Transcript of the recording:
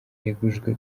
yegujwe